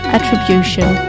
Attribution